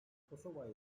kosova